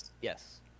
yes